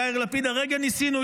יאיר לפיד: הרגע ניסינו,